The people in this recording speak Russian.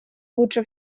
лучше